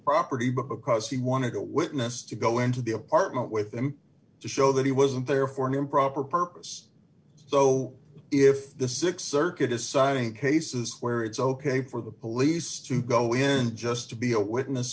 property but because he wanted a witness to go into the apartment with him to show that he wasn't there for an improper purpose so if the six circuit deciding cases where it's ok for the police to go in just to be a witness